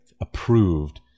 approved